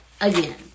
Again